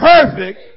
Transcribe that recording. perfect